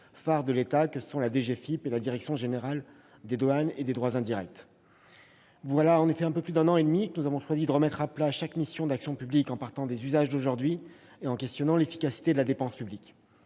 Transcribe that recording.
phares de l'État que sont la DGFiP et la direction générale des douanes et des droits indirects, la DGDDI. Voilà en effet un peu plus d'un an et demi, nous avons choisi de remettre à plat chaque mission d'action publique en partant des usages d'aujourd'hui et en questionnant l'efficacité de la dépense publique.